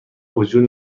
وجود